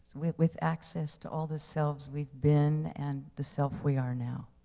with with access to all the selves we've been and the self we are now.